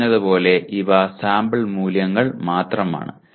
നാം പറഞ്ഞതുപോലെ ഇവ സാമ്പിൾ മൂല്യങ്ങൾ മാത്രമാണ്